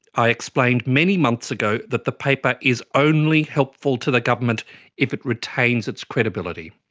i explained many months ago that the paper is only helpful to the government if it retains its credibility.